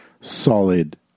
solid